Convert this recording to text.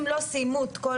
אם לא סיימו את כל